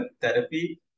therapy